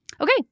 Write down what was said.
okay